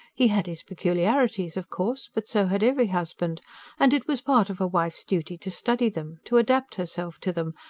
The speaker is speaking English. he had his peculiarities, of course but so had every husband and it was part of a wife's duty to study them, to adapt herself to them,